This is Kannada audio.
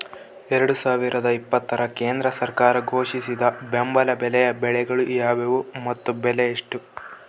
ಎರಡು ಸಾವಿರದ ಇಪ್ಪತ್ತರ ಕೇಂದ್ರ ಸರ್ಕಾರ ಘೋಷಿಸಿದ ಬೆಂಬಲ ಬೆಲೆಯ ಬೆಳೆಗಳು ಯಾವುವು ಮತ್ತು ಬೆಲೆ ಎಷ್ಟು?